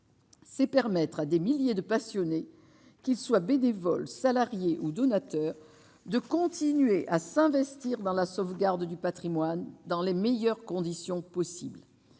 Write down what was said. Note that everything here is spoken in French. C'est permettre à des milliers de passionnés qu'soient bénévoles, salariés ou donateurs de continuer à s'investir dans la sauvegarde du Patrimoine dans les meilleures conditions possibles,